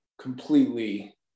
completely